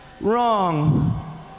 Wrong